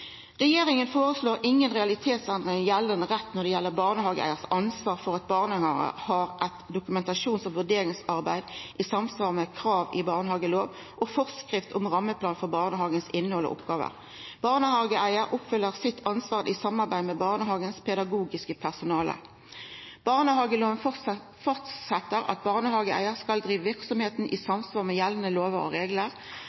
Regjeringa føreslår inga realitetsendringar i gjeldande rett når det gjeld barnehageeigars ansvar for at barnehagen har eit dokumentasjons- og vurderingsarbeid i samsvar med krav i barnehageloven og forskrift om rammeplan for barnehagens innhald og oppgåver. Barnehageeigar oppfyller sitt ansvar i samarbeid med barnehagens pedagogiske personale. Barnehageloven fastset at barnehageeigar skal driva verksemda i